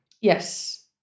Yes